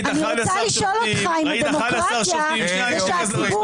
אני רוצה לשאול אותך אם הדמוקרטיה זה שהציבור